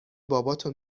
باباتو